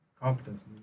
Competence